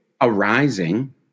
Arising